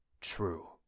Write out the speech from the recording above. true